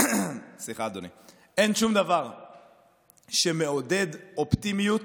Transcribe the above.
אין שום דבר שמעודד אופטימיות